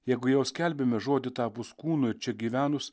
jeigu jau skelbiame žodį tapus kūnu ir čia gyvenus